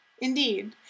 Indeed